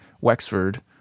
Wexford